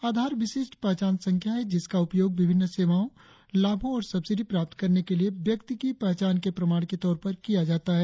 आधार विशिष्ट पहचान संख्या है जिसका उपयोग विभिन्न सेवाओं लाभों और सब्सिडी प्राप्त करने के लिए व्यक्ति की पहचान के प्रमाण के तौर पर किया जाता है